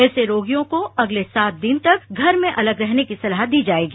ऐसे रोगियों को अगले सात दिन तक घर में अलग रहने की सलाह दी जाएगी